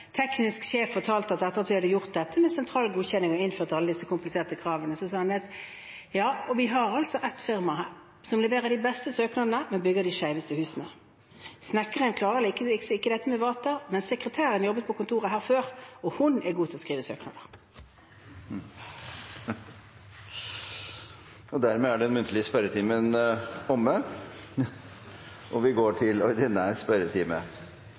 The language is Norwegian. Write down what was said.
teknisk sjef fortalte at etter at vi hadde gjort dette med sentral godkjenning og innført alle disse kompliserte kravene, så sa han at ja, de har ett firma som leverer de beste søknadene, men bygger de skjeveste husene, for snekkeren klarer visst ikke dette med vater, men sekretæren jobbet på kontoret her før, og hun er god til å skrive søknader! Dermed er den muntlige spørretimen omme. Det blir noen endringer i den oppsatte spørsmålslisten, og presidenten viser i den sammenheng til